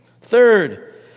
Third